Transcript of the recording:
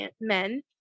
men